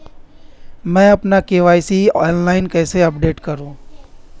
मैं अपना KYC online कैसे अपडेट करूँ?